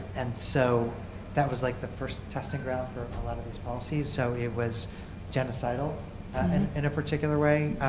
and so that was like the first testing ground for a lot of these policies. so it was genocidal and in a particular way.